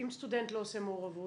אם סטודנט לא עושה מעורבות?